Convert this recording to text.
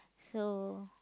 so